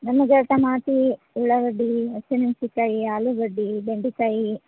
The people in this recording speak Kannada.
ನಮಗೆ ಟಮಾಟಿ ಉಳ್ಳಾಗಡ್ಡೆ ಹಸಿಮೆನ್ಸಿಕಾಯಿ ಆಲೂಗಡ್ಡೆ ಬೆಂಡೆಕಾಯಿ